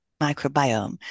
microbiome